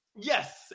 Yes